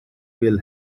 will